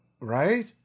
right